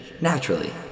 naturally